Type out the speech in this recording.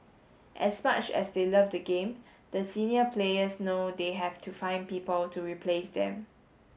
as much as they love the game the senior players know they have to find people to replace them